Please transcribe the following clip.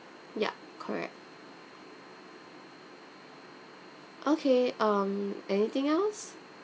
ya correct okay um anything else